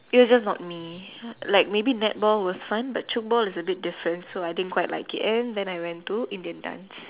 it was just not me like maybe netball was fun but tchoukball was not for me and then I went to Indian dance